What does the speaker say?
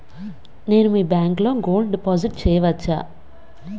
నేను మీ బ్యాంకులో గోల్డ్ డిపాజిట్ చేయవచ్చా?